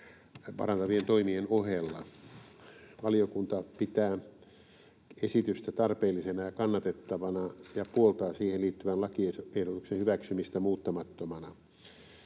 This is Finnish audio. parantavien toimien ohella. Valiokunta pitää esitystä tarpeellisena ja kannatettavana ja puoltaa siihen liittyvän lakiehdotuksen hyväksymistä muuttamattomana.